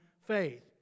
faith